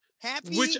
Happy